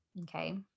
okay